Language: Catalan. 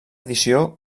edició